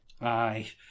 Aye